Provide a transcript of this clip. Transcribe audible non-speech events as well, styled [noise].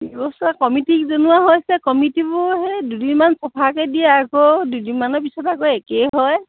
[unintelligible] কমিটিক জনোৱা হৈছে কমিটিবোৰ সেই দুদিনমান চফাকৈ দিয়ে আকৌ দুদিনমানৰ পিছত আকৌ একেই হয়